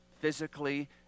physically